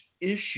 issue